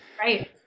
right